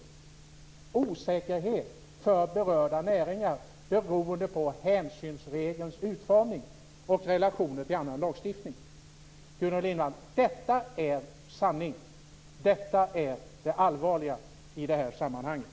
Det kan bli "osäkerhet för berörda näringar", beroende på hänsynsregelns utformning och relationen till annan lagstiftning. Gudrun Lindvall! Detta är sanning. Detta är det allvarliga i det här sammanhanget.